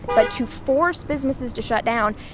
but to force businesses to shut down,